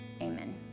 Amen